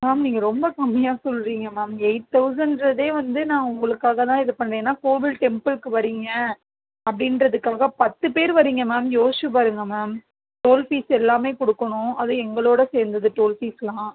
ma'am நீங்கள் ரொம்ப கம்மியாக சொல்கிறீங்க மேம் எயிட் தௌசண்ட்ன்றதே வந்து நான் உங்களுக்காக தான் இது பண்ணேன் ஏன்னா கோவில் டெம்பிளுக்கு வர்றீங்க அப்படின்றதுக்காக பத்து பேர் வர்றீங்க மேம் யோசித்து பாருங்கள் மேம் டோல் ஃபீஸ் எல்லாமே கொடுக்கணும் அது எங்களோடய சேர்ந்தது டோல் ஃபீஸுலாம்